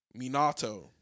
Minato